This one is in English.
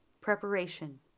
preparation